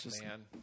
man